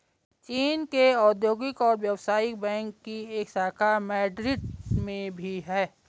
चीन के औद्योगिक और व्यवसायिक बैंक की एक शाखा मैड्रिड में भी है